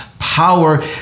Power